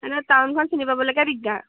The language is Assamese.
এনে টাউখন চিনিপাবলৈকে দিগদাৰ